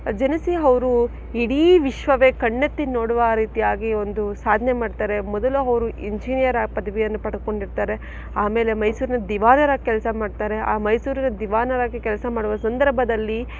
ಜನಿಸಿ ಅವರು ಇಡೀ ವಿಶ್ವವೇ ಕಣ್ಣೆತ್ತಿ ನೋಡುವ ರೀತಿಯಾಗಿ ಒಂದು ಸಾಧನೆ ಮಾಡ್ತಾರೆ ಮೊದಲು ಅವರು ಇಂಜಿನಿಯರ ಪದವಿಯನ್ನು ಪಡ್ಕೊಂಡಿರ್ತಾರೆ ಆಮೇಲೆ ಮೈಸೂರಿನ ದಿವಾನರಾಗಿ ಕೆಲಸ ಮಾಡ್ತಾರೆ ಆ ಮೈಸೂರಿನ ದಿವಾನರಾಗಿ ಕೆಲಸ ಮಾಡುವ ಸಂದರ್ಭದಲ್ಲಿ